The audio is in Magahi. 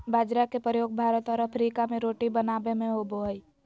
बाजरा के प्रयोग भारत और अफ्रीका में रोटी बनाबे में होबो हइ